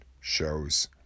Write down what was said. shows